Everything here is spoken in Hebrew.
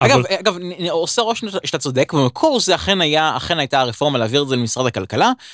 אגב אגב אני, עושה רושם שאתה צודק במקור זה אכן היה, אכן הייתה רפורמה להעביר את זה למשרד הכלכלה.